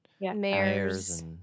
mayors